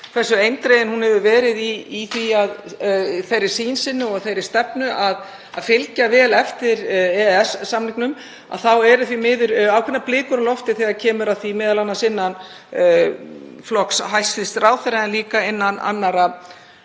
hversu eindregin hún hefur verið í þeirri sýn sinni og þeirri stefnu að fylgja vel eftir EES-samningnum. Það eru því miður ákveðnar blikur á lofti þegar kemur að því, m.a. innan flokks hæstv. ráðherra en líka innan annarra